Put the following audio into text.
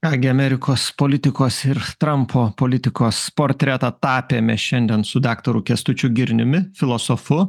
ką gi amerikos politikos ir trampo politikos portretą tapėme šiandien su daktaru kęstučiu girniumi filosofu